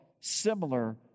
similar